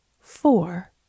four